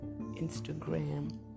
Instagram